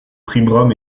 příbram